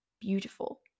beautiful